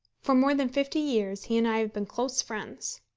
for more than fifty years he and i have been close friends.